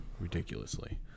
ridiculously